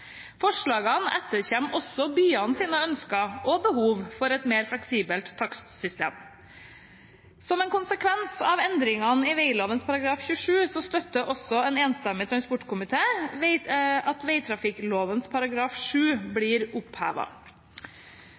Forslagene etterkommer også byenes ønsker og behov for et mer fleksibelt takstsystem. Som en konsekvens av endringene i veglovens § 27 støtter også en enstemmig transportkomité at vegtrafikklovens § 7 blir